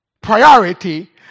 priority